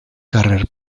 carrer